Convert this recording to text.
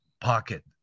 pocket